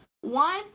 One